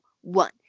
one